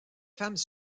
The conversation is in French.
femmes